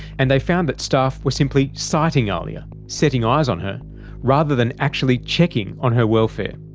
and they found that staff were simply sighting ahlia setting ah eyes on her rather than actually checking on her welfare.